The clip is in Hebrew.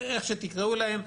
איך שתקראו להם,